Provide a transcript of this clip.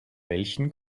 welchen